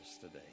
today